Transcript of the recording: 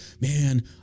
man